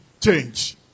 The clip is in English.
change